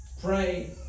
pray